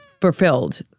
fulfilled